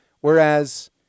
Whereas